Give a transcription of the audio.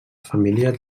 família